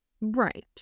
Right